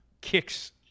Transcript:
kicks